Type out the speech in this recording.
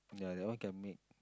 ya that one can make